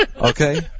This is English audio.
Okay